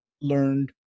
learned